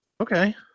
okay